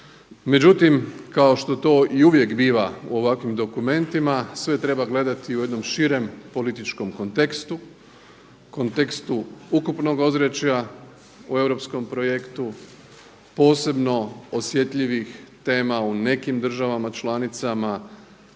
Međutim kao što to i uvijek biva u ovakvim dokumentima sve treba gledati u jednom širem političkom kontekstu, kontekstu ukupnog ozračja u europskom projektu, posebno osjetljivih tema u nekim državama članicama,